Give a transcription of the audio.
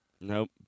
Nope